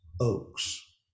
oaks